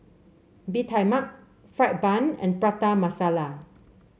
Bee Tai Mak fried bun and Prata Masala